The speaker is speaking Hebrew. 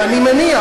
אני מניח.